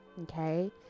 okay